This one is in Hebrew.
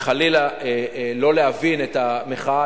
וחלילה לא להבין את המחאה.